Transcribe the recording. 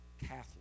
Catholic